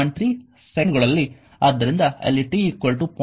3 ಸೆಕೆಂಡುಗಳಲ್ಲಿ ಆದ್ದರಿಂದ ಇಲ್ಲಿ t 0